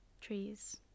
trees